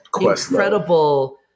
incredible